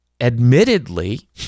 admittedly